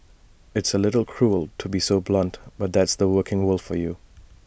it's A little cruel to be so blunt but that's the working world for you